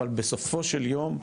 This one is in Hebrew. אבל בסופו של יום,